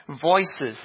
voices